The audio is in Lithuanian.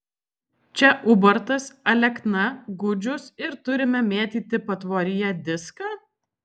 čia ubartas alekna gudžius ir turime mėtyti patvoryje diską